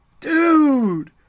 Dude